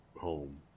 home